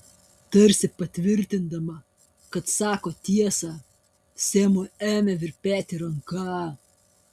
tarsi patvirtindama kad sako tiesą semui ėmė virpėti ranka